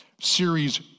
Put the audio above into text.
series